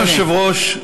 אדוני היושב-ראש,